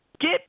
Get